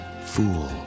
Fool